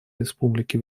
республики